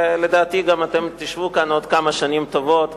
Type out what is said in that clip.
ולדעתי אתם גם תשבו כאן עוד כמה שנים טובות,